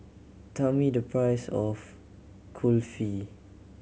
tell me the price of Kulfi